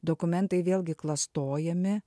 dokumentai vėlgi klastojami